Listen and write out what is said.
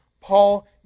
Paul